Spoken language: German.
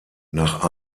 nach